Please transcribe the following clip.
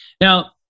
Now